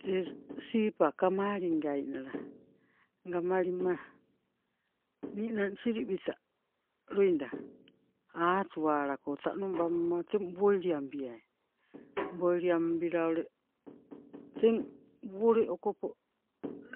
Tee siipa kamalingai nala gamalima ninang siliwita loida hatuwala ko tannu bamma teng boili ambiai, boili ambila ule teng wole okopo